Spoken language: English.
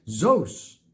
Zos